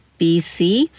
BC